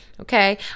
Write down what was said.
Okay